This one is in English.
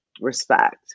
respect